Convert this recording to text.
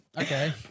Okay